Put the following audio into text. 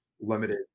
limited